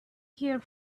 here